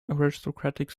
aristocratic